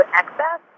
excess